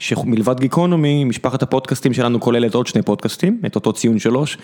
מלבד גיקונומי, משפחת הפודקאסטים שלנו כוללת עוד שני פודקאסטים, את אותו ציון שלוש.